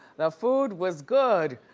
that food was good!